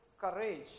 courage